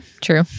true